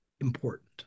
important